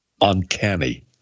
Uncanny